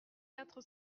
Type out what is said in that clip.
quatre